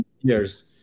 years